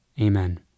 Amen